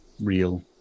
Real